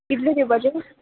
इतले दिवपाचे